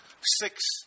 Six